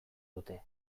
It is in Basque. dute